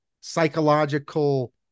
psychological